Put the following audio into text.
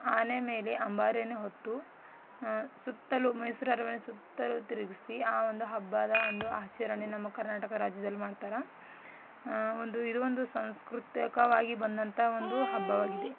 ಆನೆ ಮೇಲೆ ಅಂಬಾರಿಯನ್ನು ಹೊತ್ತು ಸುತ್ತಲೂ ಮೈಸೂರು ಅರಮನೆ ಸುತ್ತಲೂ ತಿರುಗಿಸಿ ಆ ಒಂದು ಹಬ್ಬದ ಒಂದು ಆಚರಣೆ ನಮ್ಮ ಕರ್ನಾಟಕ ರಾಜ್ಯದಲ್ಲಿ ಮಾಡ್ತಾರೆ ಒಂದು ಇದು ಒಂದು ಸಾಂಸ್ಕೃತಿಕವಾಗಿ ಬಂದಂತಹ ಒಂದು ಹಬ್ಬವಾಗಿದೆ